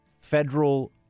Federal